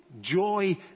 Joy